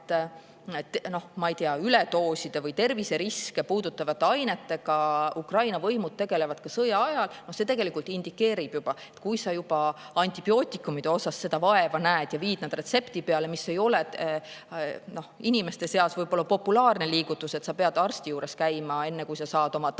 ma ei tea, üledooside või terviseriske puudutavate ainetega ka sõjaajal, tegelikult indikeerib, et kui sa juba antibiootikumide puhul seda vaeva näed ja viid nad retsepti peale – see ei ole inimeste seas võib-olla populaarne liigutus, et sa pead arsti juures käima, enne kui saad oma tavapärasele